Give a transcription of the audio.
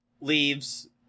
leaves